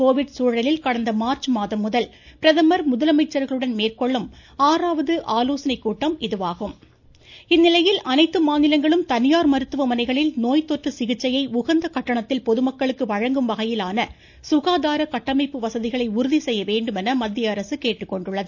Covid சூழலில் கடந்த மார்ச் மாதம்முதல் பிரதமர் முதலமைச்சர்களுடன் மேற்கொள்ளும் சுகாதார கட்டமைப்பு வசதி இந்நிலையில் அனைத்து மாநிலங்களும் தனியார் மருத்துவமனைகளில் நோய் தொற்று சிகிச்சையை உகந்த கட்டணத்தில் பொதுமக்களுக்கு வழங்கும் வகையிலான சுகாதார கட்டமைப்பு வசதிகளை உறுதி செய்யவேண்டும் என மத்தியஅரசு கேட்டுக்கொண்டுள்ளது